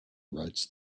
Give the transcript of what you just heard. writes